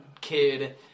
kid